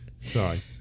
Sorry